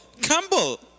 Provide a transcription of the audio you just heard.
Campbell